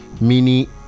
mini